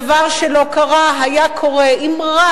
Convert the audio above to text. דבר שלא קרה היה קורה אם רק,